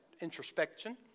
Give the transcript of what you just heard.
introspection